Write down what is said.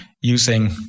using